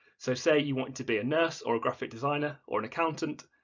so, say you want to be a nurse or a graphic designer or an accountant,